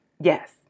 yes